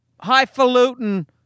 highfalutin